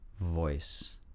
voice